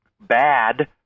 bad